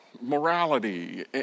morality